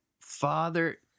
father